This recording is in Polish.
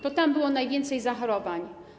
To tam było najwięcej zachorowań.